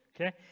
Okay